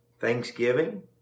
Thanksgiving